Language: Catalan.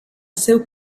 seu